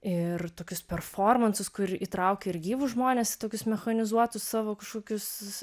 ir tokius performansus kur įtraukia ir gyvus žmones į tokius mechanizuotus savo kažkokius